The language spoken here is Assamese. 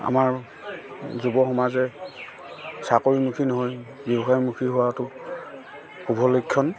আমাৰ যুৱ সমাজে চাকৰিমুখী নহৈ ব্যৱসায়মুখী হোৱাটো শুভলক্ষণ